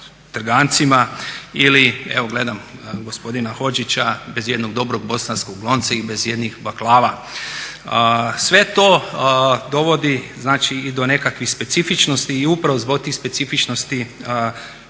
trgancima. Ili evo gledam gospodina Hodžića, bez jednog dobrog bosanskog lonca i bez jednih baklava. Sve to dovodi znači i do nekakvih specifičnosti i upravo zbog tih specifičnosti